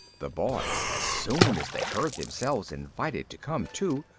the boys, as soon as they heard themselves invited to come too,